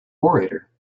orator